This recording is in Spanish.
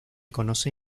conoce